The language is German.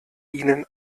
ihnen